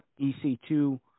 EC2